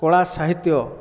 କଳା ସାହିତ୍ୟ